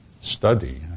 study